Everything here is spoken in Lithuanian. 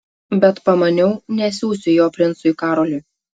bet pamaniau nesiųsiu jo princui karoliui